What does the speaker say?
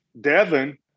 Devin